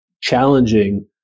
challenging